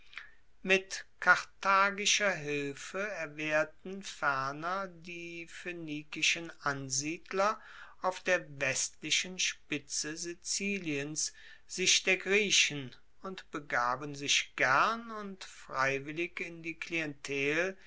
mit karthagischer hilfe erwehrten ferner die phoenikischen ansiedler auf der westlichen spitze siziliens sich der griechen und begaben sich gern und freiwillig in die klientel